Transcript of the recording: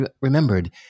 remembered